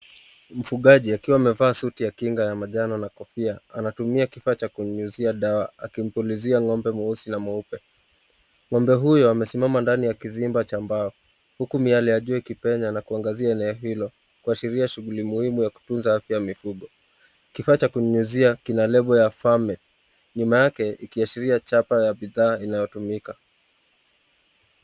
Mfugaji, akiwa amevaa suti ya kinga ya manjano na kofia, anatumia kifaa cha kunyunyuzia dawa akimpulizia ngombe mweusi na mweupe. Ngombe huyo amesimama ndani ya kizimba cha mbao huku miale ya jua ikipenya na kuangazia eneo hilo kuashiria shughuli muhimu ya kutunza afya mifugo. Kifaa cha kunyunyuzia kina lebo ya Fame nyuma yake ikiashiria chapa ya bidhaa inayotumika.